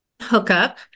hookup